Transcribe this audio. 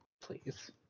please